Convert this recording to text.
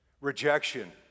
Rejection